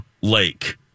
Lake